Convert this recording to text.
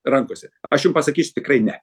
rankose aš jum pasakysiu tikrai ne